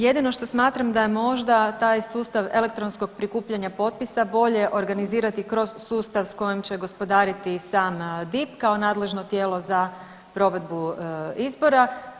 Jedino što smatram da je možda taj sustav elektronskog prikupljanja potpisa bolje organizirati kroz sustav s kojim će gospodariti sam i DIP kao nadležno tijelo za provedbu izbora.